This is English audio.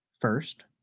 First